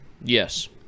Yes